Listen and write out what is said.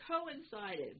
coincided